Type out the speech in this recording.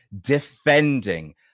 defending